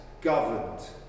governed